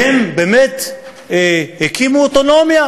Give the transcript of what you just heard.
והם באמת הקימו אוטונומיה,